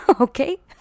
okay